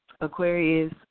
Aquarius